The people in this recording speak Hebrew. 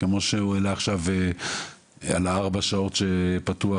שמענו עכשיו שארבע שעות פתוח